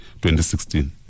2016